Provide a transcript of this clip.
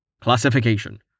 Classification